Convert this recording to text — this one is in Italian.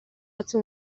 razza